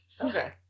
Okay